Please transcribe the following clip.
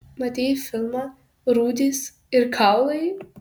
matei filmą rūdys ir kaulai